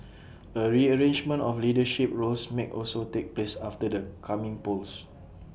A rearrangement of leadership roles may also take place after the coming polls